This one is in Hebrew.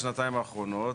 בשנתיים האחרונות,